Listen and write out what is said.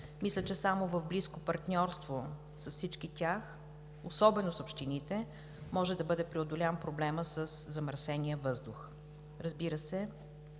Мисля, че само в близко партньорство с всички тях, особено с общините, може да бъде преодолян проблемът със замърсения въздух, а, разбира се,